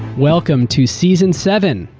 welcome to season seven,